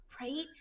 Right